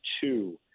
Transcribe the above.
two